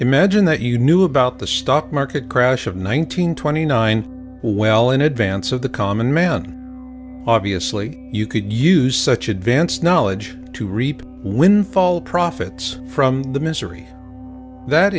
imagine that you knew about the stock market crash of one thousand nine hundred twenty nine well in advance of the common man obviously you could use such advance knowledge to reap windfall profits from the misery that